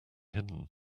hidden